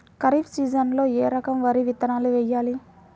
ఖరీఫ్ సీజన్లో ఏ రకం వరి విత్తనాలు వేయాలి?